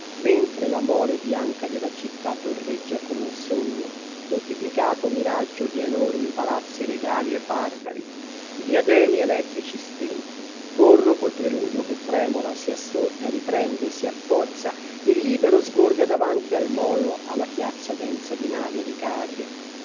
mentre la mole bianca della città torreggia come un sogno moltiplicato miraggio di enormi palazzi regali e barbari i diademi elettrici spenti corro col preludio che tremola si assorda riprende si afforza e libero sgorga davanti al molo alla piazza densa di navi e di carri